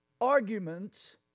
arguments